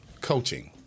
Coaching